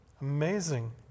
Amazing